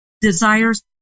desires